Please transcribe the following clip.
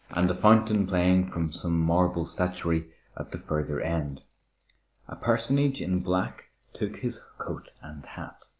and a fountain playing from some marble statuary at the further end. a personage in black took his coat and hat.